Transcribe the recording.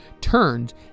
turned